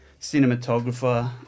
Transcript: cinematographer